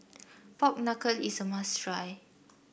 Pork Knuckle is a must try